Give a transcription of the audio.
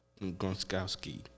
Gronkowski